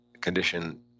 condition